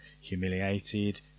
humiliated